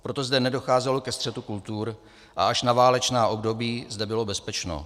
Proto zde nedocházelo ke střetu kultur a až na válečná období zde bylo bezpečno.